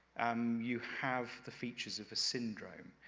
um you have the features of a syndrome.